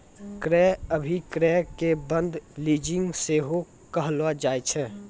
क्रय अभिक्रय के बंद लीजिंग सेहो कहलो जाय छै